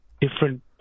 different